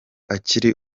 akiri